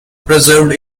preserved